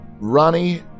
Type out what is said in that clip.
Ronnie